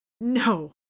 No